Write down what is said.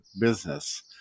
business